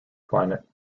climate